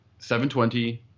720